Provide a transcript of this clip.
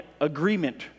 agreement